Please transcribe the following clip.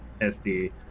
sd